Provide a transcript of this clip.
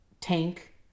tank